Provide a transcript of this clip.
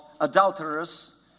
adulterers